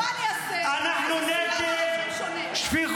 מה אני אעשה, יש לי סולם ערכים שונה.